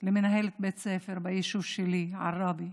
של מנהלת בית ספר ביישוב שלי, עראבה.